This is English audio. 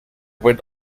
would